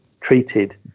treated